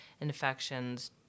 infections